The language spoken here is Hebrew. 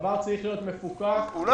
הדבר צריך להיות מפוקח -- הוא לא